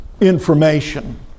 information